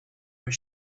was